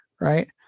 Right